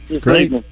Great